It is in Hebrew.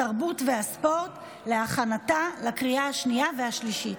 התרבות והספורט להכנתה לקריאה השנייה והשלישית.